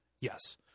Yes